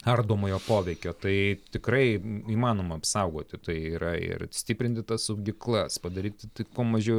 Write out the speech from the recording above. ardomojo poveikio tai tikrai įmanoma apsaugoti tai yra ir stiprinti tas saugyklas padaryti tik kuo mažiau